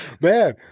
Man